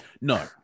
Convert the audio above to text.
No